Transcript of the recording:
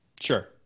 Sure